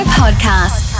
podcast